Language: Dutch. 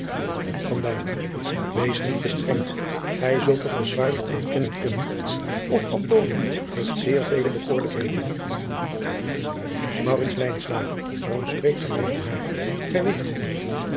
wees niet te streng gij zult toch bezwaarlijk ontkennen kunnen of antonia heeft zeer vele bekoorlijkheden maurits lijnslager waarom spreekt gij mij van haar gij weet